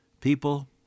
People